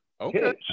Okay